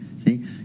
See